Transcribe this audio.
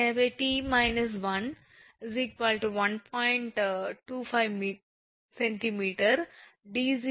எனவே 𝑡 − 1 1